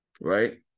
right